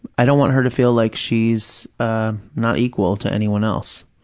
i don't want her to feel like she's not equal to anyone else.